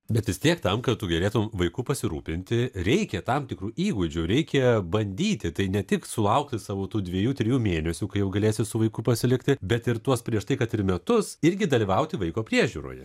bet vis tiek tam kad tu galėtum vaiku pasirūpinti reikia tam tikrų įgūdžių reikia bandyti tai ne tik sulaukti savo tų dviejų trijų mėnesių kai jau galėsi su vaiku pasilikti bet ir tuos prieš tai kad ir metus irgi dalyvauti vaiko priežiūroje